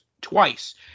twice